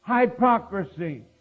hypocrisy